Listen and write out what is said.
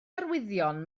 arwyddion